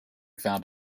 found